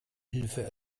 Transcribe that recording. hilfe